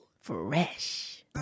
Fresh